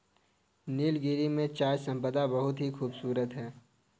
नीलगिरी में चाय संपदा बहुत ही खूबसूरत है